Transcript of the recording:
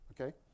okay